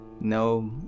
no